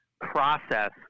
process